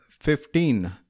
fifteen